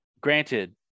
Granted